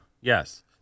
yes